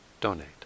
donate